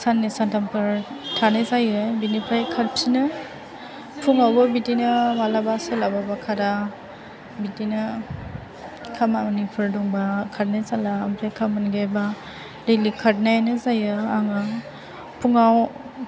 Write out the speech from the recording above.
साननै सानथामफोर थानाय जायो बिनिफ्राय खारफिनो फुंआवबो बिदिनो मालाबा सोलाबा बा खारा बिदिनो खामानिफोर दंबा खारनाय जाला ओमफ्राय खामानि गैयाबा दैलिक खारनायानो जायो आङो फुंआव